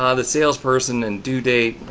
ah the salesperson and due date,